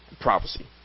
prophecy